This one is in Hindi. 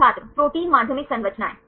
छात्र प्रोटीन माध्यमिक संरचनाएं